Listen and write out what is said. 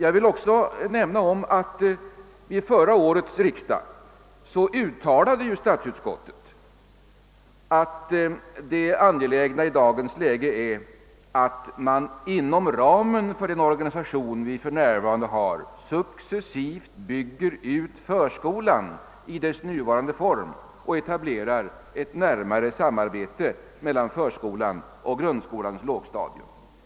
I sitt utlåtande till förra årets riksdag i denna fråga uttalade också statsutskottet, att det angelägna i dagens läge är att man inom ramen för den nuvarande organisationen successivt bygger ut förskolan och etablerar ett närmare samarbete mellan förskolan och grundskolans lågstadium.